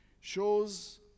shows